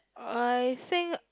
I think